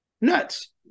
Nuts